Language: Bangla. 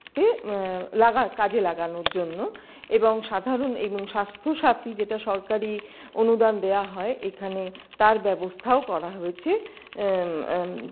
তে কাজে লাগানোর জন্য এবং সাধারণ এবং স্বাস্থ্যসাথী যেটা সরকারি অনুদান দেওয়া হয় এখানে তার ব্যবস্থাও করা হয়েছে